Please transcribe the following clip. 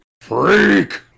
Freak